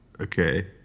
Okay